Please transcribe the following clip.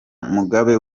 mugabe